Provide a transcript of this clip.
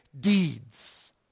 deeds